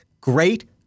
great